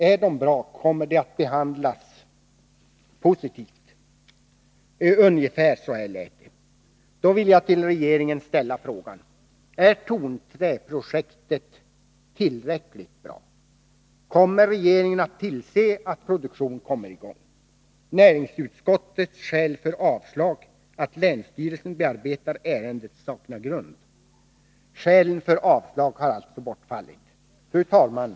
Är de bra kommer de att behandlas positivt. Ungefär så här lät det: Då vill jag till regeringen ställa frågan: Är tonträprojektet tillräckligt bra? Kommer regeringen att tillse att produktion kommer i gång? Näringsutskottets skäl för avslag, att länsstyrelsen bearbetar ärendet, saknar grund. Skälen för avslag har alltså bortfallit. Fru talman!